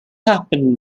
happened